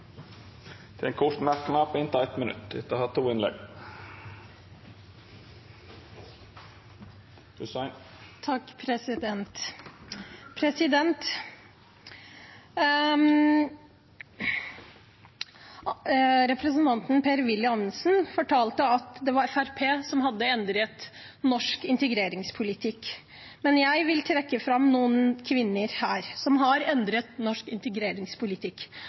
til ein kort merknad, avgrensa til 1 minutt. Representanten Per-Willy Amundsen fortalte at det var Fremskrittspartiet som hadde endret norsk integreringspolitikk, men jeg vil trekke fram noen kvinner som har endret norsk integreringspolitikk.